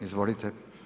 Izvolite.